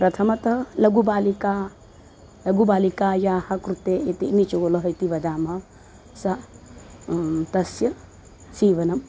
प्रथमतः लघुबालिका लगुबालिकायाः कृते इति निचोलः इति वदामः सा तस्य सीवनम्